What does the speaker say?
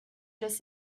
just